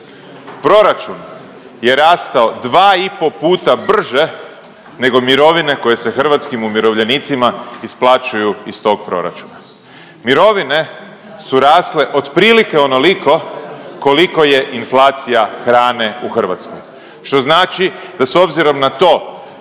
proračun je rastao dva i po puta brže nego mirovine koje se hrvatskim umirovljenicima isplaćuju iz tog proračuna. Mirovine su rasle otprilike onoliko koliko je inflacija hrane u Hrvatskoj. Što znači da s obzirom na to